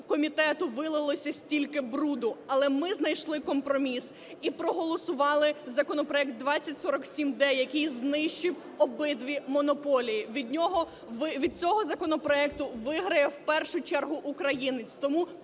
Від цього законопроекту виграє, в першу чергу, українець.